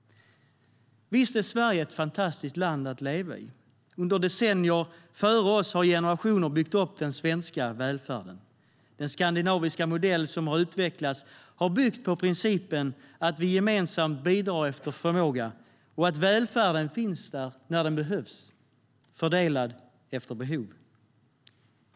Visst är Sverige ett fantastiskt land att leva i. Under decennier före oss har generationer byggt upp den svenska välfärden. Den skandinaviska modell som har utvecklats har byggt på principen att vi gemensamt bidrar efter förmåga och att välfärden finns där när den behövs, fördelad efter behov.